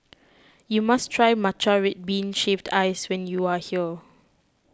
you must try Matcha Red Bean Shaved Ice when you are here